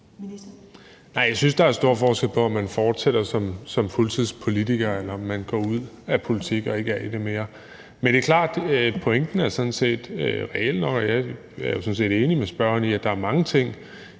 jeg synes der er stor forskel på, om man fortsætter som fuldtidspolitiker, eller om man går ud af politik og ikke er i det mere. Men det er klart, at pointen sådan set er reel nok, og jeg er jo sådan set enig med spørgeren i, at der er mange ting